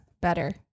better